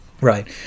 right